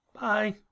Bye